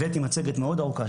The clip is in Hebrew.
הבאתי מצגת מאוד ארוכה,